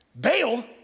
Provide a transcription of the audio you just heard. bail